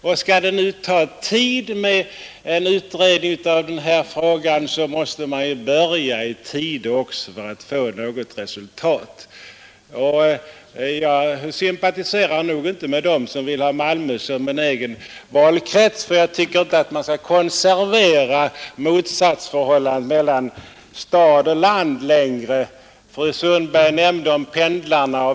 Eftersom den föreslagna utredningen tar avsevärd tid att utföra är det angeläget att man börjar i tid för att få något resultat. Jag sympatiserar inte med dem som vill ha Malmö som en egen valkrets, ty jag tycker inte att man skall konservera motsatsförhållandet mellan stad och land. Fru Sundberg nämnde om pendlarna.